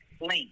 link